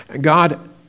God